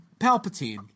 Palpatine